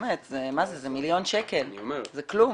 באמת, זה מיליון שקל, זה כלום.